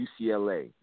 UCLA